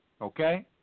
Okay